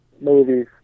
Movies